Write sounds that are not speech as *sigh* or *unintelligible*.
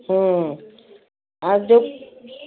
ଆଉ *unintelligible*